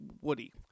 Woody